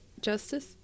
justice